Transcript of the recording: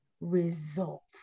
results